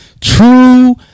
true